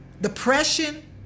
depression